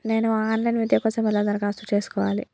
నేను online విద్య కోసం ఎలా దరఖాస్తు చేసుకోవాలి?